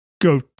go